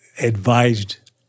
advised